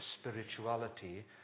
spirituality